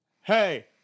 hey